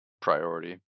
priority